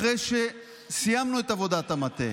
אחרי שסיימנו את עבודת המטה,